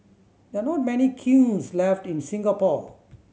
there are not many kilns left in Singapore